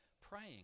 Praying